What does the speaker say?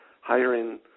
hiring